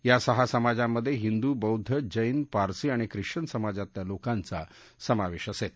या सहा समाजांमध्ये हिंदू बौद्ध जैन पारसी आणि ख्रिश्वन समाजातल्या लोकांचा समावेश असेल